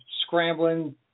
scrambling